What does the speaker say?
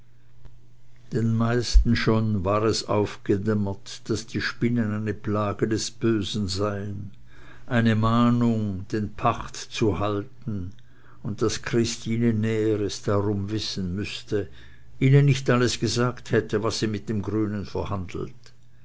den meisten schon war es aufgedämmert daß die spinnen eine plage des bösen seien eine mahnung den pacht zu halten und daß christine näheres darum wissen müßte ihnen nicht alles gesagt hätte was sie mit dem grünen verhandelt